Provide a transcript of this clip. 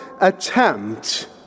attempt